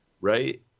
Right